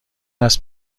است